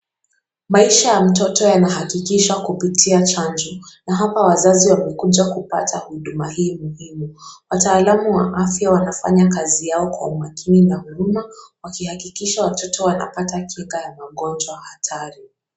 Maisha ya mtoto yanahakikishwa kupitia chanjo na hapa wazazi wamekuja kupata huduma hii muhimu. Wataalamu wa afya wanafanya kazi yao kwa umakini na huruma wakihakikisha watoto wanapata kinga ya magonjwa hatari.